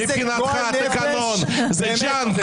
מבחינתם, התקנון הוא ג'אנק.